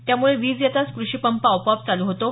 त्यामुळे वीज येताच क्रषिपंप आपोआप चालू होतो